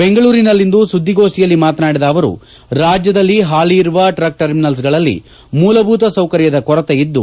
ಬೆಂಗಳೂರಿನಲ್ಲಿಂದು ಸುದ್ದಿಗೋಷ್ಠಿಯಲ್ಲಿ ಮಾತನಾಡಿದ ಅವರು ರಾಜ್ಯದಲ್ಲಿ ಹಾಲಿ ಇರುವ ಟ್ರಕ್ ಟರ್ಮಿನಲ್ಗಳಲ್ಲಿ ಮೂಲಭೂತ ಸೌಕರ್ಯದ ಕೊರತೆ ಇದ್ದು